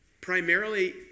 primarily